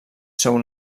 seu